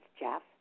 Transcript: Jeff